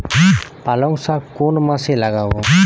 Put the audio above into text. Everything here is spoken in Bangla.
পালংশাক কোন মাসে লাগাব?